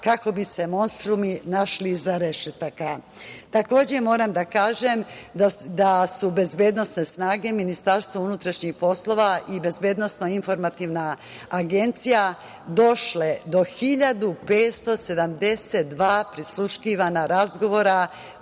kako bi se monstrumi našli iza rešetaka. Takođe moram da kažem da se bezbednosne snage Ministarstva unutrašnjih poslova i Bezbednosno informativna agencija došle do 1.572 prisluškivana razgovora